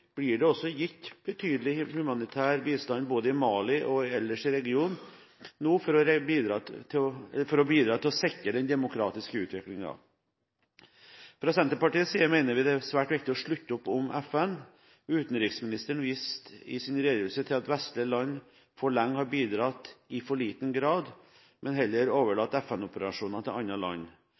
blir det nå også gitt betydelig humanitær bistand, både i Mali og ellers i regionen, for å bidra til å sikre den demokratiske utviklingen. Fra Senterpartiets side mener vi det er svært viktig å slutte opp om FN. Utenriksministeren viste i sin redegjørelse til at vestlige land for lenge har bidratt i for liten grad, men heller overlatt FN-operasjoner til andre land.